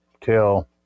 till